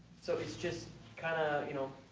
so it's just kind of, you know,